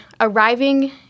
arriving